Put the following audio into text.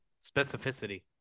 Specificity